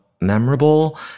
memorable